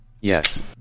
Yes